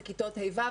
זה כיתות ה'-ו',